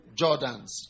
Jordans